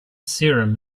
serum